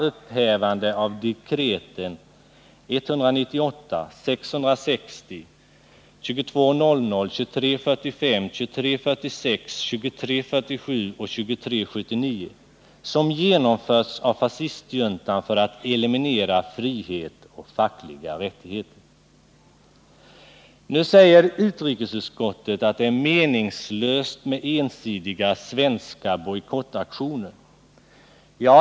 Utrikesutskottet säger nu att det är meningslöst med ensidiga svenska bojkottaktioner.